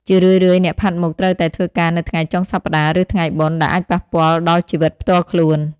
ជារឿយៗអ្នកផាត់មុខត្រូវតែធ្វើការនៅថ្ងៃចុងសប្តាហ៍ ឬថ្ងៃបុណ្យ ដែលអាចប៉ះពាល់ដល់ជីវិតផ្ទាល់ខ្លួន។